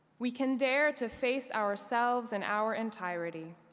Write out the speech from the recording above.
we can dare to face ourselves in our entirety.